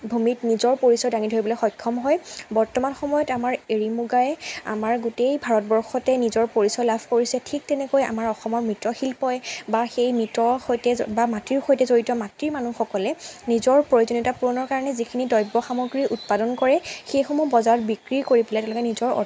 ভূমিত নিজৰ পৰিচয় দাঙি ধৰিবলৈ সক্ষম হয় বৰ্তমান সময়ত আমাৰ এৰী মুগাই আমাৰ গোটেই ভাৰতবৰ্ষতে নিজৰ পৰিচয় লাভ কৰিছে ঠিক তেনেকৈ আমাৰ অসমৰ মৃৎশিল্পই বা সেই মিতৰ সৈতে বা মাটিৰ সৈতে জড়িত মাটিৰ মানুহসকলে নিজৰ প্ৰয়োজনীয়তা পূৰণৰ কাৰণে যিখিনি দ্ৰব্য সামগ্ৰী উৎপাদন কৰে সেইসমূহ বজাৰত বিক্ৰী কৰি পেলাই তেওঁলোকে নিজৰ অৰ্থ